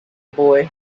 boy